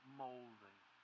molding